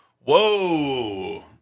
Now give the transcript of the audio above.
Whoa